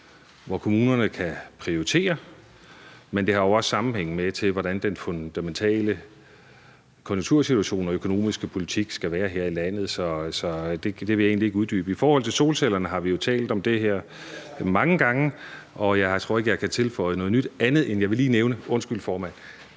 hvor kommunerne kan prioritere, men det har jo også en sammenhæng med, hvordan den fundamentale konjunktursituation og økonomiske politik skal være her i landet, så det vil jeg egentlig ikke uddybe. I forhold til solcellerne har vi jo talt om det her mange gange, og jeg tror ikke, jeg kan tilføje noget nyt, andet end at jeg lige vil nævne, at vi sammen